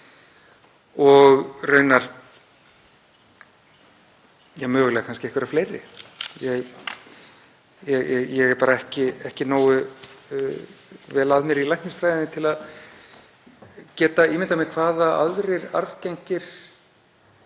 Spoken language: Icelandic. líka og mögulega kannski einhverja fleiri. Ég er bara ekki nógu vel að mér í læknisfræði til að geta ímyndað mér hvaða aðrir arfgengir